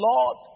Lord